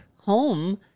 home